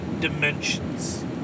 dimensions